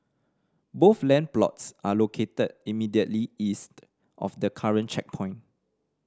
both land plots are located immediately east of the current checkpoint